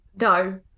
No